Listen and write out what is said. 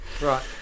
Right